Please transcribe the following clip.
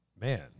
man